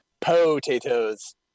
Potatoes